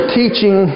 teaching